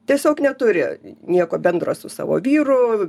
tiesiog neturi nieko bendro su savo vyru